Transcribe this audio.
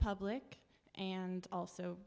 public and also